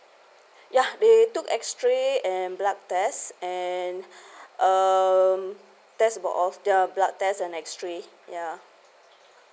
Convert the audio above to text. ya they took X-rays and blood test and um test about of the blood test and X-rays ya